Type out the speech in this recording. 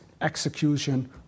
execution